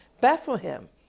Bethlehem